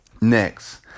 Next